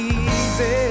easy